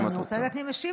אני רוצה לדעת מי משיב לי,